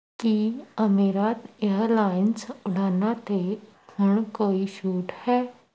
ਕੀ Emirates airlines ਉਡਾਣਾਂ 'ਤੇ ਹੁਣ ਕੋਈ ਛੂਟ ਹੈ